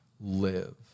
live